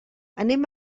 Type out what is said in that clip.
anem